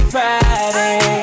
Friday